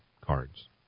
cards